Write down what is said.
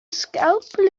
scalpel